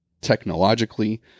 technologically